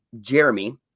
Jeremy